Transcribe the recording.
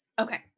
Okay